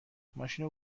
ماشینو